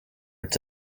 its